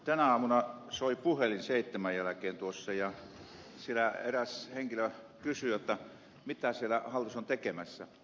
tänä aamuna soi puhelin seitsemän jälkeen ja siellä eräs henkilö kysyi mitä siellä hallitus on tekemässä